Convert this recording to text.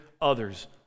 others